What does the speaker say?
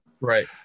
right